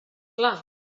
clar